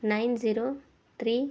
nine zero three